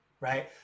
right